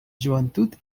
joventut